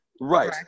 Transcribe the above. Right